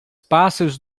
pássaros